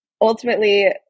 ultimately